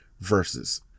versus